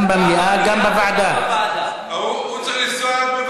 גם במליאה וגם בוועדה.